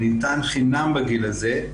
הוא ניתן חינם בגיל הזה,